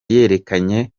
yerekanye